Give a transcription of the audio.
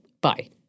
Bye